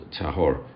tahor